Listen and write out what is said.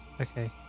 Okay